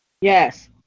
Yes